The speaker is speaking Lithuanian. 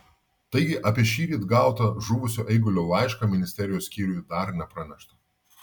taigi apie šįryt gautą žuvusio eigulio laišką ministerijos skyriui dar nepranešta